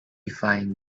find